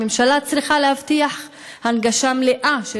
הממשלה צריכה להבטיח הנגשה מלאה של